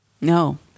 No